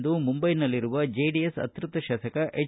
ಎಂದು ಮುಂದೈನಲ್ಲಿರುವ ಜೆಡಿಎಸ್ ಅತ್ಯಪ್ತ ಶಾಸಕ ಎಚ್